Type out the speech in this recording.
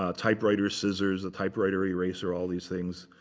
ah typewriters, scissors, the typewriter eraser, all these things.